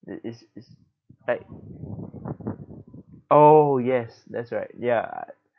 it is is like oh yes that's right ya